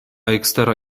ekstera